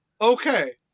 Okay